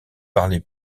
parler